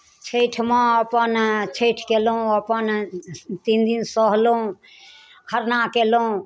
छैठमे अपन छैठ केलहुँ अपन तीन दिन सहलहुँ खरना केलहुँ